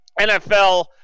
NFL